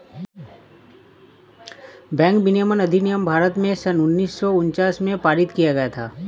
bank विनियमन अधिनियम भारत में सन उन्नीस सौ उनचास में पारित किया गया था